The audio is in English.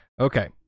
okay